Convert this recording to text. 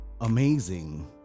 amazing